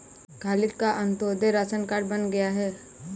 खालिद का अंत्योदय ration card बन गया है